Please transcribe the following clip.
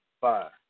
five